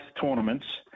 tournaments